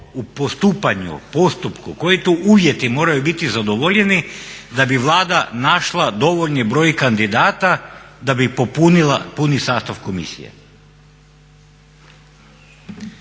u postupanju, postupku, koji to uvjeti moraju biti zadovoljeni da bi Vlada našla dovoljni broj kandidata da bi popunila puni sastav komisije.